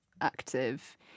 active